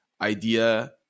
idea